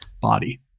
body